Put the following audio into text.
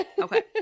Okay